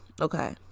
Okay